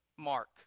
mark